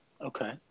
Okay